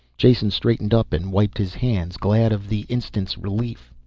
jason straightened up and wiped his hands, glad of the instant's relief.